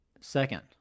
Second